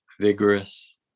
vigorous